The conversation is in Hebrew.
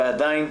ועדיין,